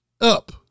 Up